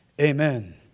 Amen